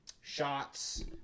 shots